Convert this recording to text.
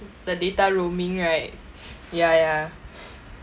the data roaming right ya ya